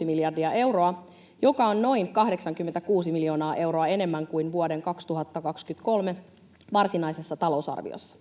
2,6 miljardia euroa, joka on noin 86 miljoonaa euroa enemmän kuin vuoden 2023 varsinaisessa talousarviossa.